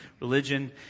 religion